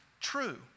true